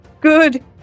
Good